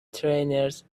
trainers